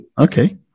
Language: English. Okay